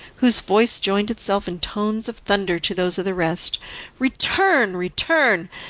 whose voice joined itself in tones of thunder to those of the rest return, return!